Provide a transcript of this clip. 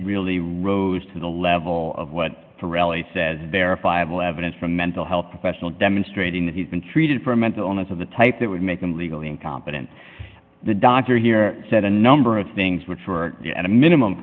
really rose to the level of what the rally says verifiable evidence from mental health professional demonstrating that he's been treated for mental illness of the type that would make him legally incompetent the doctor here said a number of things which were at a minimum